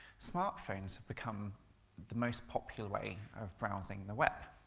smartphones have become the most popular way of browsing the web.